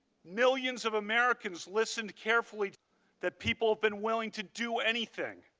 millions of americans listen carefully that people have been willing to do anything